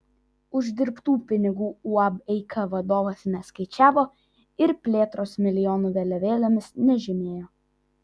uždirbtų pinigų uab eika vadovas neskaičiavo ir plėtros milijonų vėliavėlėmis nežymėjo